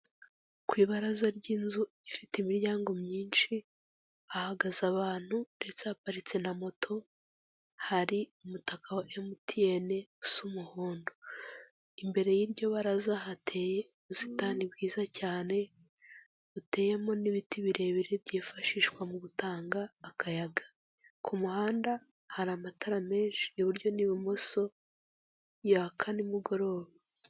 Ku ibaraza ry'inzu ifite imiryango myinshi, hahagaze abantu ndetse haparitse na moto, hari umutaka wa MTN usa umuhondo. Imbere y'iryo baraza hateye ubusitani bwiza cyane, buteyemo n'ibiti birebire byifashishwa mu gutanga akayaga. Ku muhanda hari amatara menshi, iburyo n'ibumoso, yaka nimugoroba.